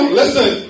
listen